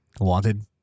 wanted